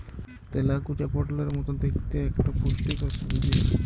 তেলাকুচা পটলের মত দ্যাইখতে ইকট পুষ্টিকর সবজি